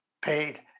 paid